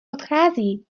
odchází